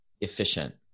efficient